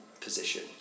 position